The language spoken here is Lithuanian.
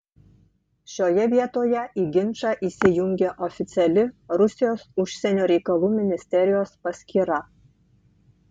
šioje vietoje į ginčą įsijungė oficiali rusijos užsienio reikalų ministerijos paskyra